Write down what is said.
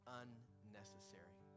unnecessary